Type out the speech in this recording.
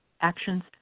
actions